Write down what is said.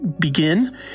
begin